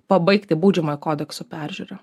pabaigti baudžiamojo kodekso peržiūrą